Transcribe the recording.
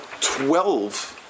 twelve